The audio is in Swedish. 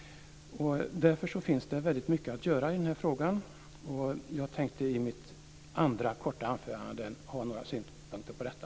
Det finns mycket att göra i den här frågan. Jag tänkte i mitt andra korta anförande framföra några synpunkter på detta.